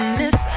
miss